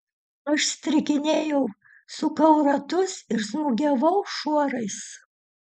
aš strikinėjau sukau ratus ir smūgiavau šuorais